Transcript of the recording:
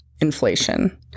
inflation